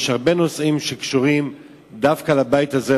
יש הרבה נושאים שקשורים דווקא לבית הזה,